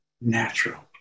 natural